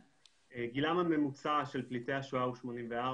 גילם הממוצע של פליטי השואה הוא 84,